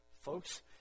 Folks